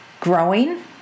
growing